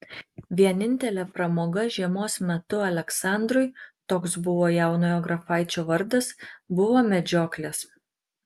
vienintelė pramoga žiemos metu aleksandrui toks buvo jaunojo grafaičio vardas buvo medžioklės